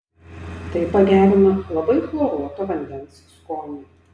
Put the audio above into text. tai pagerina labai chloruoto vandens skonį